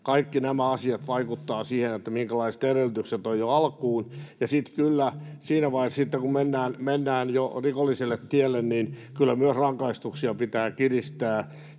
Kaikki nämä asiat vaikuttavat siihen, minkälaiset edellytykset ovat jo alkuun. Sitten siinä vaiheessa kun mennään jo rikolliselle tielle, niin kyllä myös rangaistuksia pitää kiristää,